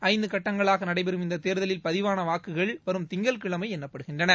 ஐந்து கட்டங்களாக நடைபெறும் இந்த தேர்தலில் பதிவான வாக்குகள் வரும் திங்கட்கிழமை எண்ணப்படுகின்றன